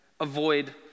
avoid